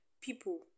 people